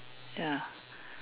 ya